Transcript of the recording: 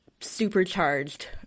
supercharged